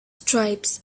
stripes